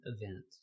event